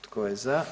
Tko je za?